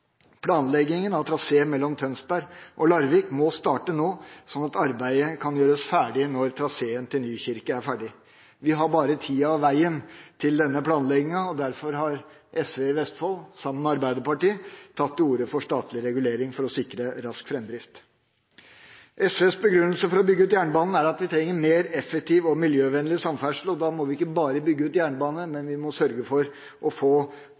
Planleggingen av trasé mellom Tønsberg og Larvik må starte nå, sånn at arbeidet kan gjøres ferdig når traseen til Nykirke er ferdig. Vi har bare tida og veien til denne planlegginga, derfor har SV i Vestfold, sammen med Arbeiderpartiet, tatt til orde for statlig regulering for å sikre rask framdrift. SVs begrunnelse for å bygge ut jernbanen er at vi trenger mer effektiv og miljøvennlig samferdsel, og da må vi ikke bare bygge ut jernbane, vi må sørge for å få